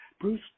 Bruce